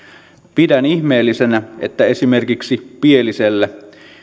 pidän ihmeellisenä että esimerkiksi pielisellä